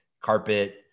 carpet